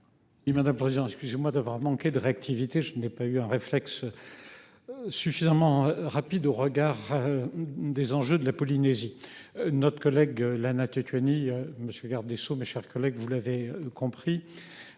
Il en président excusez-moi d'avoir manqué de réactivité. Je n'ai pas eu un réflexe. Suffisamment rapide au regard. Des enjeux de la Polynésie notre collègue là n'Tchétchénie monsieur le garde des sceaux, mes chers collègues, vous l'avez compris.